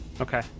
Okay